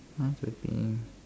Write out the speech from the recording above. mine would be